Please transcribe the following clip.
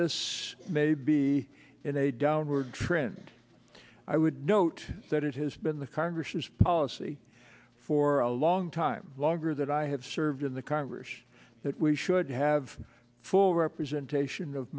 this may be in a downward trend i would note that it has been the congress's policy for a long time longer that i have served in the congress that we should have full representation of